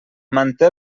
manté